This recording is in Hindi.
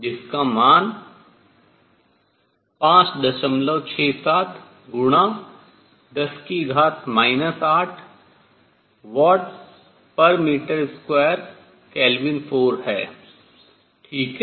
जिसका मान 567 × 10 8 Wm2K4 है ठीक है